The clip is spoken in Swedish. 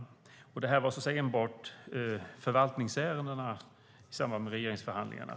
Det här gällde alltså enbart förvaltningsärendena i samband med regeringsförhandlingarna.